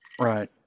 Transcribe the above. Right